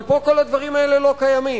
אבל פה כל הדברים האלה לא קיימים.